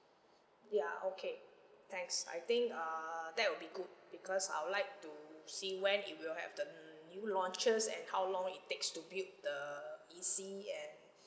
ya okay thanks I think err that will be good because I'll like to see when it will have the mm new launches and how long it takes to build the E_C and